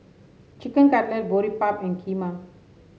Chicken Cutlet Boribap and Kheema